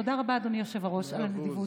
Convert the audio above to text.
תודה רבה, אדוני היושב-ראש, על הנדיבות.